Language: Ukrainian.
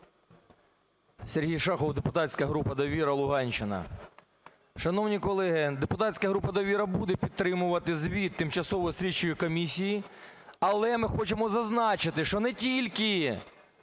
Сергій Шахов, депутатська група "Довіра", Луганщина. Шановні колеги, депутатська група "Довіра" буде підтримувати звіт тимчасової слідчої комісії. Але ми хочемо зазначити, що не тільки